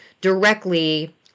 directly